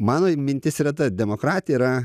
mano mintis yra ta demokratija yra